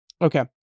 Okay